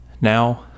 Now